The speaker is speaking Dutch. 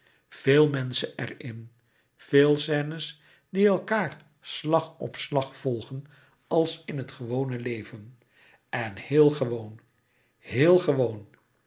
menschen er in veel scènes die elkaâr slag op slag volgen als in het gewone leven en heel gewoon heel gewoon